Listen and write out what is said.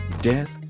death